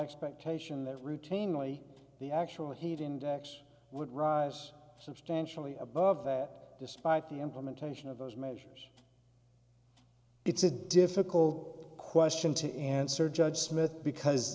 expectation that routinely the actual heat index would rise substantially above that despite the implementation of those measures it's a difficult question to answer judge smith because